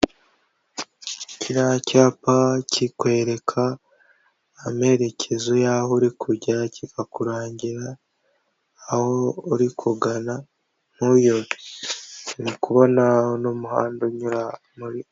Kuriya cyapa kikwereka amerekezo y'aho uri kujya kikakurangira aho uri kugana ntuyobe. uri kubona n'umuhanda unyura muri .